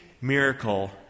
miracle